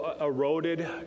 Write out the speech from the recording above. eroded